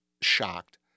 shocked